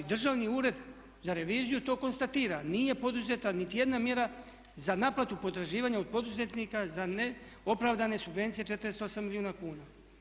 I Državni ured za reviziju to konstatira, nije poduzeta niti jedna mjera za naplatu potraživanja od poduzetnika za neopravdane subvencije 48 milijuna kuna.